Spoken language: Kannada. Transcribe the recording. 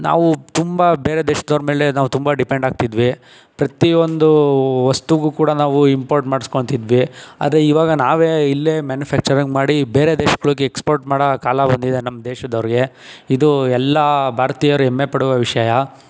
ನಾವು ತುಂಬ ಬೇರೆ ದೇಶದವರ ಮೇಲೆ ನಾವು ತುಂಬ ಡಿಪೆಂಡ್ ಆಗ್ತಿದ್ವಿ ಪ್ರತಿಯೊಂದು ವಸ್ತುಗೂ ಕೂಡ ನಾವು ಇಂಪೋರ್ಟ್ ಮಾಡ್ಸ್ಕೊಂತಿದ್ವಿ ಅದೇ ಈವಾಗ ನಾವೇ ಇಲ್ಲೇ ಮ್ಯಾನುಫ್ಯಾಕ್ಚರಿಂಗ್ ಮಾಡಿ ಬೇರೆ ದೇಶಗಳಿಗೆ ಎಕ್ಸ್ಪೋರ್ಟ್ ಮಾಡೋ ಕಾಲ ಬಂದಿದೆ ನಮ್ಮ ದೇಶದವರಿಗೆ ಇದು ಎಲ್ಲ ಭಾರತೀಯರು ಹೆಮ್ಮೆ ಪಡುವ ವಿಷಯ